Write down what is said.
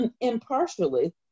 impartially